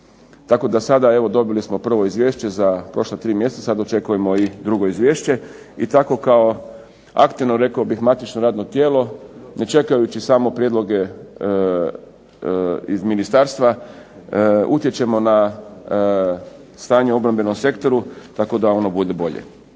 Tako da sada evo dobili smo prvo izvješće za prošla tri mjeseca. Sad očekujemo i drugo izvješće i tako kao aktivno rekao bih matično radno tijelo ne čekajući samo prijedloge iz ministarstva utječemo na stanje u obrambenom sektoru tako da ono bude bolje.